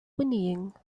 whinnying